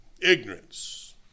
Ignorance